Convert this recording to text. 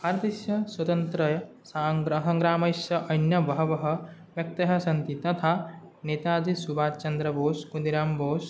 भारतस्य स्वतन्त्र साङ्ग्रह सङ्ग्रामस्य अन्ये बहवः व्यक्तयः सन्ति तथा नेताजि सुभाषचन्द्र बोस् खुदिरां बोस्